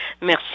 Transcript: Merci